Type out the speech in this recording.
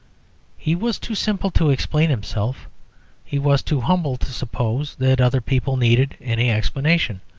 he was too simple to explain himself he was too humble to suppose that other people needed any explanation.